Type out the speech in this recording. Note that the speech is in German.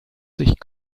sich